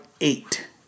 eight